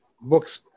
books